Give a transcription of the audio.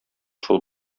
шул